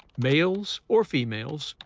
males or females,